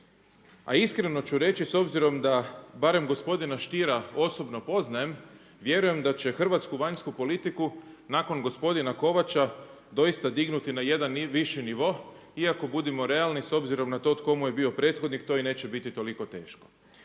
a iskreno ću reći s obzirom da barem gospodina Stiera osobno poznajem vjerujem da će hrvatsku vanjsku politiku nakon gospodina Kovača doista dignuti na jedan viši nivo, iako budimo realni s obzirom na to tko mu je bio prethodnik to i neće biti toliko teško.